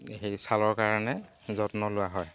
সেই ছালৰ কাৰণে যত্ন লোৱা হয়